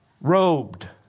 robed